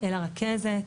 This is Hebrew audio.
אל הרכזת.